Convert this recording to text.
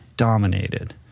Dominated